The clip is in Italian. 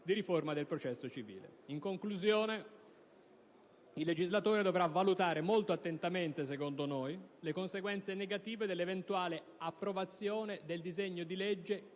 di riforma del processo civile. In conclusione, il legislatore dovrà valutare molto attentamente, secondo noi, le conseguenze negative dell'eventuale approvazione del disegno di legge